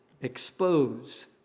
expose